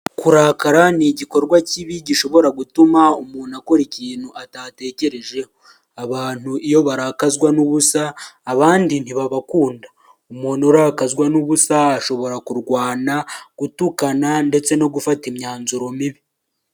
Kurakara ni igikorwa kibi gishobora gutuma umuntu akora ikintu atatekereje, abantu iyo barakazwa n'ubusa abandi ntibabakunda. Umuntu urakazwa n'ubusa ashobora kurwana, gutukana ndetse no gufata imyanzuro mibi.